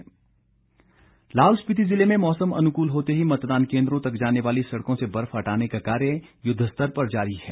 लाहौल दौरा लाहौल स्पिति जिले में मौसम अनुकूल होते ही मतदान केंद्रों तक जाने वाली सड़कों से बर्फ हटाने का कार्य युद्ध स्तर पर जारी है